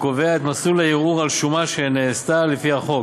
קובע את מסלול הערעור על שומה שנעשתה לפי החוק.